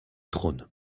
trône